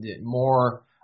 more